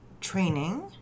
training